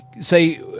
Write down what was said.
say